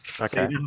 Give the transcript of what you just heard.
okay